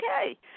okay